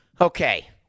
Okay